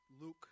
Luke